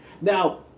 Now